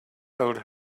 old